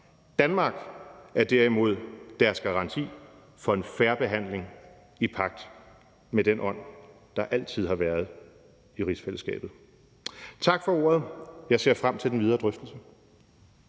Danmark er derimod deres garanti for en fair behandling i pagt med den ånd, der altid har været i rigsfællesskabet. Tak for ordet. Jeg ser frem til den videre drøftelse.